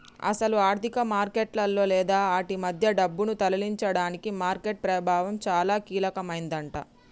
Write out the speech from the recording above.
అసలు ఆర్థిక మార్కెట్లలో లేదా ఆటి మధ్య డబ్బును తరలించడానికి మార్కెట్ ప్రభావం చాలా కీలకమైందట